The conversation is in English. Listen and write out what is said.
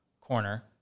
corner